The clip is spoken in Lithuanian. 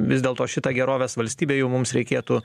vis dėlto šita gerovės valstybė jau mums reikėtų